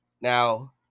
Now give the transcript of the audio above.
now